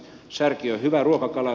särki on hyvä ruokakala